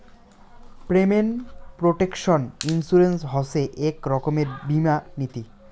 payment protection insurance হসে এক রকমের বীমা নীতি